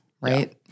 right